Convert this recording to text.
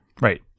Right